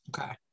Okay